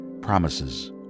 promises